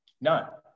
No